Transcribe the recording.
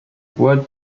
what